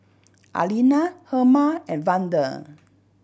Arlena Herma and Vander